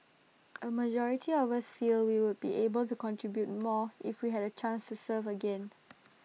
A majority of us feel we would be able to contribute more if we had A chance to serve again